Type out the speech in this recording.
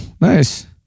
nice